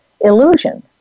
illusion